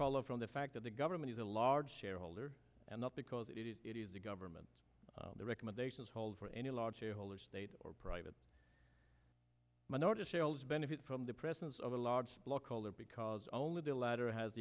follow from the fact that the government is a large shareholder and not because it is it is the government the recommendations hold for any large shareholder state or private might notice sales benefit from the presence of a large block holder because only the latter has